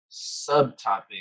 subtopic